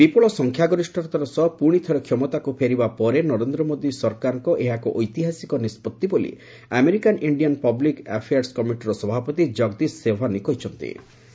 ବିପୁଳ ସଂଖ୍ୟା ଗରିଷ୍ଠତାର ସହ ପୁଣିଥରେ କ୍ଷମତାକୁ ଫେରିବା ପରେ ନରେନ୍ଦ୍ର ମୋଦୀ ସରକାରଙ୍କ ଏହା ଏକ ଐତିହାସିକ ନିଷ୍ପଭି ବୋଲି ଆମେରିକାନ୍ ଇଣ୍ଡିଆନ୍ ପବ୍ଲିକ୍ ଆଫେୟାର୍ସ କମିଟିର ସଭାପତି ଜଗଦିଶ ସେହ୍ବାନୀ କହିଛନ୍ତି